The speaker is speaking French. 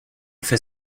fait